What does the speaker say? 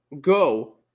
go